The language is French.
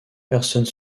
personnes